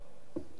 מה הוא מציע?